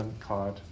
card